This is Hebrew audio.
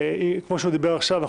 כמו שהוא דיבר עכשיו,